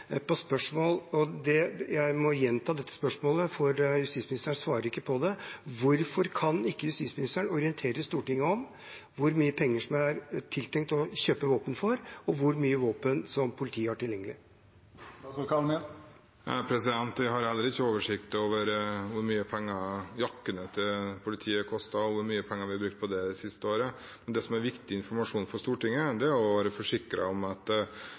Jeg må gjenta dette spørsmålet, for justisministeren svarer ikke på det: Hvorfor kan ikke justisministeren orientere Stortinget om hvor mye penger som er tiltenkt å kjøpe våpen for, og hvor mye våpen politiet har tilgjengelig? Jeg har heller ikke oversikt over hvor mye jakkene til politiet koster, og hvor mye penger vi har brukt på det det siste året. Det som er viktig informasjon til Stortinget, er å være forsikret om at